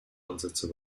ansätze